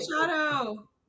shadow